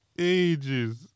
Ages